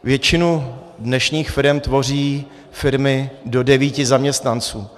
Většinu dnešních firem tvoří firmy do devíti zaměstnanců.